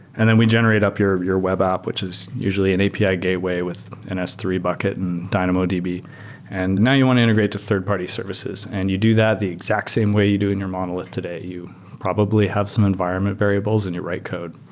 and then we generate up your your web app, which is usually an api gateway with an s three bucket and dynamodb. and now you want to integrate two third-party services and you do that the exact same way you do in your monolith today. you probably have some environment variables in your write code.